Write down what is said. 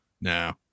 No